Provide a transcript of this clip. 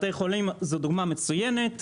בתי חולים זו דוגמה מצוינת,